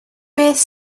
beth